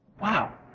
Wow